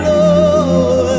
Lord